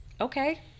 Okay